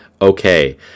okay